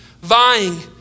vying